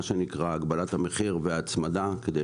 מה שנקרא הגבלת המחיר וההצמדה.